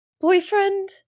boyfriend